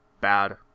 bad